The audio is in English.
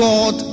God